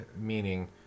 meaning